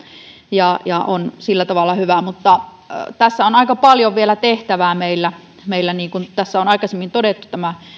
ja ja on sillä tavalla hyvä mutta tässä on aika paljon vielä tehtävää meillä meillä niin kuin tässä on aikaisemmin todettu